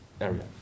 area